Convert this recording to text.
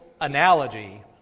analogy